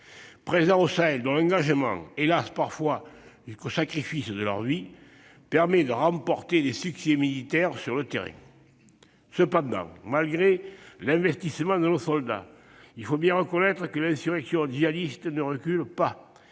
présents au Sahel- dont l'engagement va, hélas ! parfois jusqu'au sacrifice de leur vie -, qui permet de remporter des succès sur le terrain. Cependant, malgré l'investissement de nos soldats, il faut bien reconnaître que l'insurrection djihadiste ne recule pas.